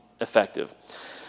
effective